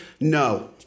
no